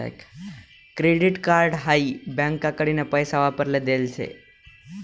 credit card हाई बँकाकडीन पैसा वापराले देल शे